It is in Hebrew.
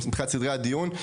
מבחינת סדרי הדיון.